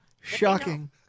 Shocking